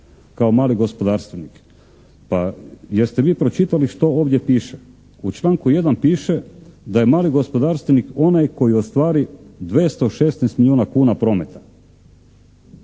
kao mali gospodarstvenik. Pa jeste vi pročitali što ovdje piše? U članku 1. piše da je mali gospodarstvenik onaj koji ostvari 216 milijuna kuna prometa.